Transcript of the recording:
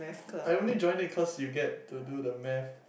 I only joined it cause you get to do the math